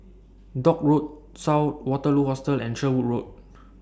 Dock Road South Waterloo Hostel and Sherwood Road